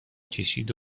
کشید